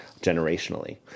generationally